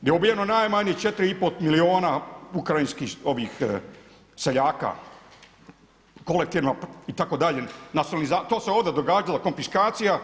gdje je ubijeno najmanje 4,5 milijuna ukrajinskih seljaka, kolektivno itd. to se ovdje događalo konfiskacija.